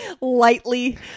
lightly